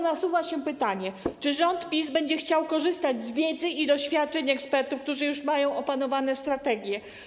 Nasuwa się pytanie, czy rząd PiS będzie chciał korzystać z wiedzy i doświadczeń ekspertów, którzy mają już opanowane strategie.